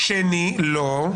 לא.